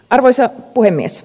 arvoisa puhemies